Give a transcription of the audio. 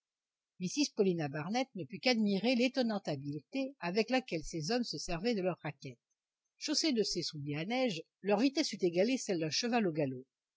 mrs paulina barnett ne put qu'admirer l'étonnante habileté avec laquelle ces hommes se servaient de leurs raquettes chaussés de ces souliers à neige leur vitesse eût égalé celle d'un cheval au galop